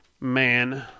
Man